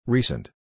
Recent